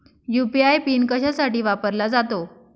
UPI PIN कशासाठी वापरला जातो?